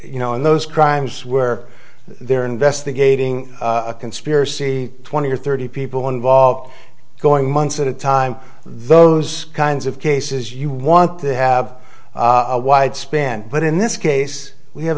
you know in those crimes where they're investigating a conspiracy twenty or thirty people involved going months at a time those kinds of cases you want to have a wide spin but in this case we ha